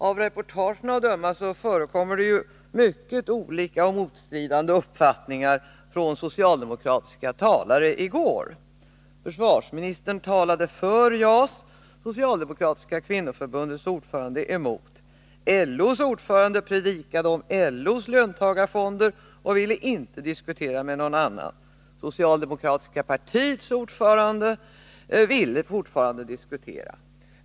Av reportagen att döma förekom det mycket olika och motstridande uppfattningar från socialdemokratiska talare i går. Försvarsministern talade för JAS — det socialdemokratiska kvinnoförbundets ordförande emot, LO:s ordförande predikade LO:s löntagarfonder och ville inte diskutera med någon annan; det socialdemokratiska partiets ordförande ville fortfarande diskutera.